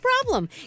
problem